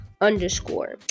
underscore